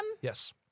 yes